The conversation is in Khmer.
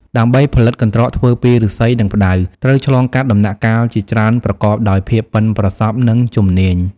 ដើម្បីផលិតកន្ត្រកធ្វើពីឫស្សី និងផ្តៅ ត្រូវឆ្លងកាត់ដំណាក់កាលជាច្រើនប្រកបដោយភាពប៉ិនប្រសប់ និងជំនាញ។